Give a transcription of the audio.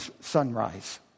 sunrise